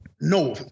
No